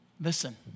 listen